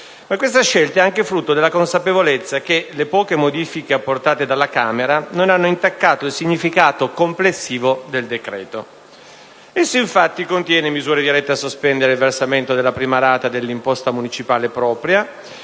Tale scelta è anche frutto della consapevolezza che le poche modifiche apportate dalla Camera non hanno intaccato il significato complessivo del decreto. Esso infatti contiene misure dirette a sospendere il versamento della prima rata dell'imposta municipale propria